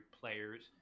players